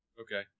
Okay